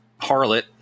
harlot